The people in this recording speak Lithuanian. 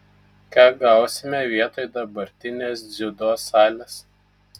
ką gausime vietoj dabartinės dziudo salės